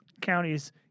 counties